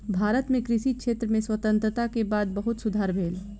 भारत मे कृषि क्षेत्र में स्वतंत्रता के बाद बहुत सुधार भेल